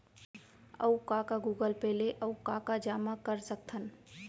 अऊ का का गूगल पे ले अऊ का का जामा कर सकथन?